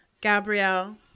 Gabrielle